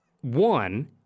one